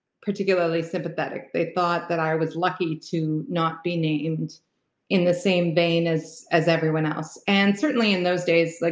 particularly sympathetic. they thought that i was lucky to not be named in the same vein as as everyone else. and certainly in those days, like